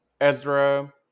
Ezra